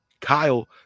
Kyle